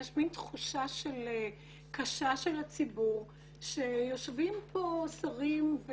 יש מין תחושה קשה של הציבור שיושבים פה שרים,